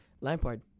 Lampard